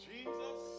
Jesus